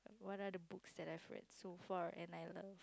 what are the books that I've read so far and I love